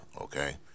Okay